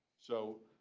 so